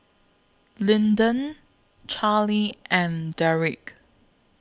Lyndon Charlie and Derik